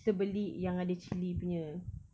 so beli yang ada cili punya